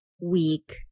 week